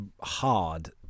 hard